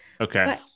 Okay